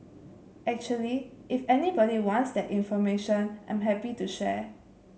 actually if anybody wants that information I'm happy to share